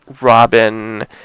Robin